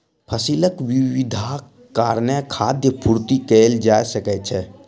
फसीलक विविधताक कारणेँ खाद्य पूर्ति कएल जा सकै छै